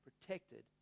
protected